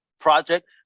project